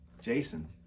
Jason